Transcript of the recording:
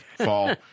fall